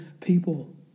people